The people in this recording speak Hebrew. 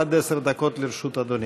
עד עשר דקות לרשות אדוני.